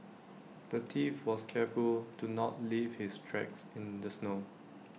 the thief was careful to not leave his tracks in the snow